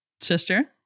Sister